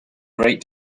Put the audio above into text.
great